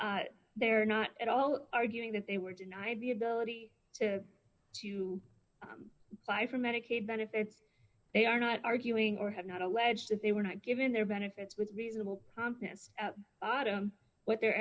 e they're not at all arguing that they were denied the ability to to pfeifer medicaid benefits they are not arguing or have not alleged that they were not given their benefits with reasonable confidence autum what their